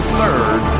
third